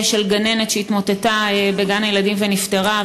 של גננת שהתמוטטה בגן-הילדים ונפטרה,